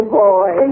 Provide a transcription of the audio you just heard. boy